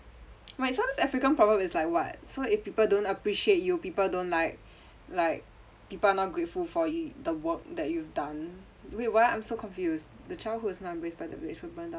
wait so this african proverb is like what so if people don't appreciate you people don't like like people are not grateful for yo~ the work that you've done wait what I'm so confused the child who is not embraced by the village will burn down